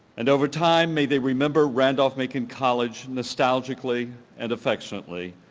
and over time may they remember randolph-macon college nostalgically and affectionately,